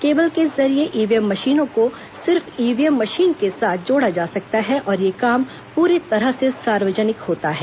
cable के जरिये EVM मशीनों को केवल ईवीएम मशीन के साथ जोड़ा जा सकता है और यह काम पूरी तरह से सार्वजनिक होता है